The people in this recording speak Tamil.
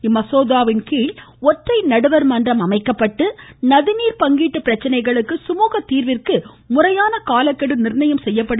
இந்த மசோதாவின் கீழ் ஒற்றை நடுவர்மன்றம் அமைக்கப்பட்டு நதிநீர் பங்கீட்டு பிரச்சினைகளுக்கு சுமூகத்தீர்விற்கு முறையான காலக்கெடு நிர்ணயம் செய்யப்படும்